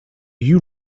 you